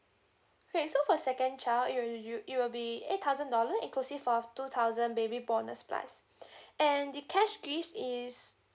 okay so for second child it will you it will be eight thousand dollar inclusive of two thousand baby bonus plus and the cash gift is